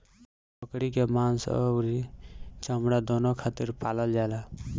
बकरी के मांस अउरी चमड़ा दूनो खातिर पालल जाला